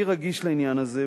אני רגיש לעניין הזה,